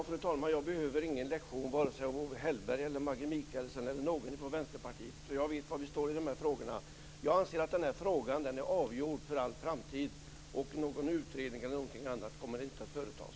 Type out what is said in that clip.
Fru talman! Jag behöver ingen lektion av vare sig Owe Hellberg, Maggi Mikaelsson eller någon annan från Vänsterpartiet, för jag vet var vi står i de här frågorna. Jag anser att den här frågan är avgjord för all framtid. Någon utredning eller någonting annat kommer inte att företas.